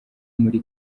muri